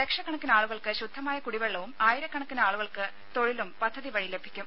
ലക്ഷക്കണക്കിനാളുകൾക്ക് ശുദ്ധമായ കുടിവെള്ളവും ആയിരക്കണക്കിന് ആളുകൾക്ക് തൊഴിലും പദ്ധതി വഴി ലഭിക്കും